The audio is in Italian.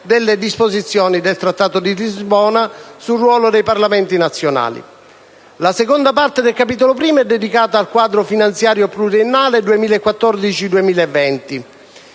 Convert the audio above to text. delle disposizioni del Trattato di Lisbona sul ruolo dei Parlamenti nazionali. La seconda parte del capitolo I è dedicata al quadro finanziario pluriennale 2014-2020.